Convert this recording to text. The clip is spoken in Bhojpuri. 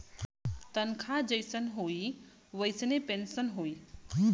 तनखा जइसन होई वइसने पेन्सन होई